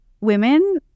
women